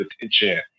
attention